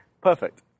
perfect